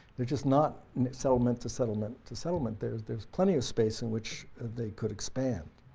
they're just not settlement, to settlement, to settlement, there's there's plenty of space in which they could expand.